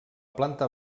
planta